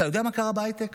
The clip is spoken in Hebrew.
אתה יודע מה קרה בהייטק?